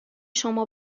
شما